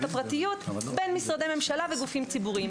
הפרטיות בין משרדי ממשלה וגופים ציבוריים.